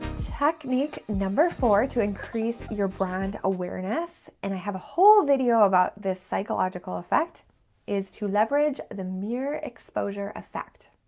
technique number four to increase your brand awareness, and i have a whole video about this psychological effect is to leverage the mirror exposure effect.